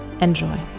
Enjoy